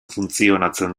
funtzionatzen